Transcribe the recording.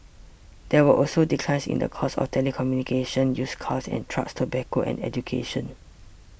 there were also declines in the cost of telecommunication used cares and trucks tobacco and education